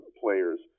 players